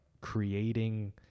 creating